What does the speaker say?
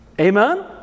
amen